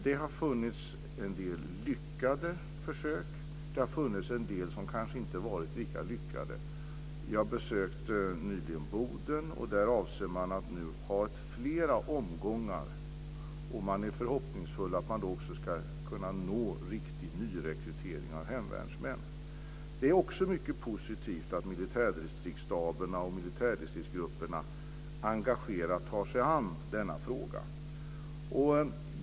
Det har funnits en del lyckade försök, och det har funnits en del försök som kanske inte har varit lika lyckade. Jag besökte nyligen Boden. Där avser man nu att ha fler omgångar. Man är förhoppningsfull om att man också ska kunna nå riktig nyrekrytering av hemvärnsmän. Det är också mycket positivt att militärdistriktsstaberna och militärdistriktsgrupperna engagerat tar sig an denna fråga.